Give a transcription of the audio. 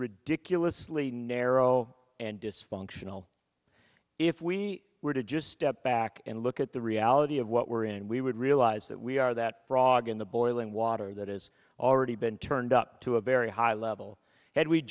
ridiculously narrow and dysfunctional if we were to just step back and look at the reality of what we're in we would realize that we are that frog in the boiling water that is already been turned up to a very high level had we